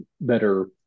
better